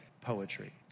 poetry